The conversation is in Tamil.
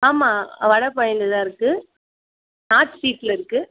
ஆமாம் வடபழனியில் இருக்குது நார்த் ஸ்ட்ரீட்டில் இருக்குது